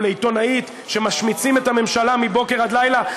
לעיתונאית שמשמיצים את הממשלה מבוקר עד לילה?